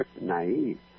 naive